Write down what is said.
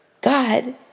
God